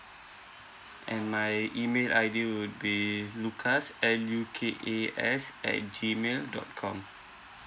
and my email I_D would be lukas L U K A S at G mail dot com